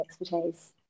expertise